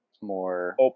more